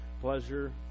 pleasure